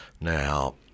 Now